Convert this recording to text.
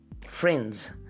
friends